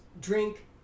drink